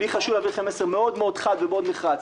לי חשוב להעביר לכם מסר מאוד-מאוד חד ומאוד נחרץ: